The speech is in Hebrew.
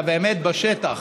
אלא באמת בשטח.